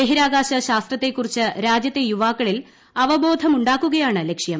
ബഹിരാകാശ ശാസ്ത്രത്തെക്കുറിച്ച് രാ്ജ്യത്തെ യുവാക്കളിൽ അവബോധ മുണ്ടാക്കുകയാണ് ലക്ഷ്യം